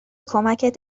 کمکت